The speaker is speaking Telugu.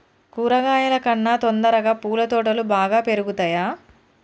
కూరగాయల కన్నా తొందరగా పూల తోటలు బాగా పెరుగుతయా?